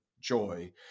joy